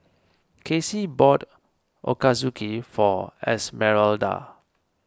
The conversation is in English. Kacey bought Ochazuke for Esmeralda